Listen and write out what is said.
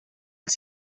els